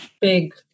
big